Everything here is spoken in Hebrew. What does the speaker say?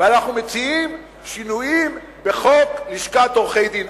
ואנחנו מציעים שינויים בחוק לשכת עורכי-הדין.